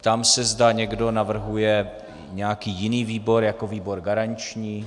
Ptám se, zda někdo navrhuje nějaký jiný výbor jako výbor garanční.